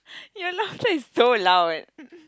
your laughter is so loud